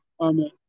Amen